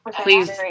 Please